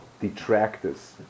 detractors